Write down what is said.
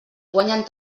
guanyen